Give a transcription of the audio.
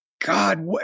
God